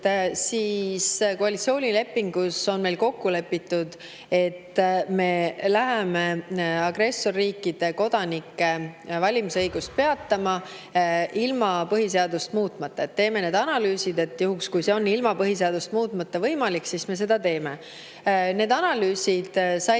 koalitsioonilepingus on meil kokku lepitud, et me läheme agressorriikide kodanike valimisõigust peatama ilma põhiseadust muutmata, [täpsemalt,] et me teeme analüüsid ja juhul, kui see on ilma põhiseadust muutmata võimalik, siis me seda teeme. Need analüüsid said